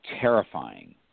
terrifying